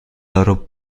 loro